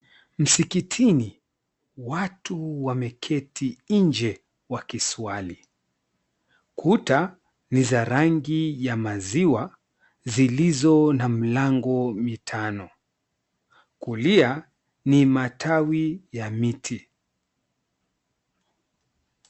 Msikitini watu wameketi nje wakiswali. Kuta ni za rangi ya maziwa zilizo na mlango mitano, kulia ni matawi ya miti.